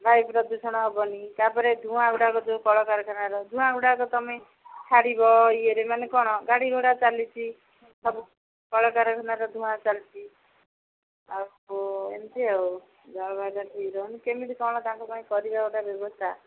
ବାୟୁ ପ୍ରଦୂଷଣ ହେବନି ତା'ପରେ ଧୂଆଁ ଗୁଡ଼ାକ ଯୋଉ କଳକାରଖାନାର ଧୂଆଁଗୁଡ଼ାକ ତମେ ଛାଡ଼ିବ ଇଏରେ ମାନେ କ'ଣ ଗାଡ଼ିଗୁଡ଼ା ଚାଲିଛି କଳକାରଖାନାର ଧୂଆଁ ଚାଲିଛି ଆଉ ଏମିତି ଆଉ ଜଳବାୟୁ ଠିକ୍ ରହୁନି କେମିତି କ'ଣ ତାଙ୍କ ପାଇଁ କରିବା ଗୋଟେ ବ୍ୟବସ୍ଥା